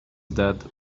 that